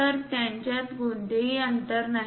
तर त्यांच्यात कोणतेही अंतर नाही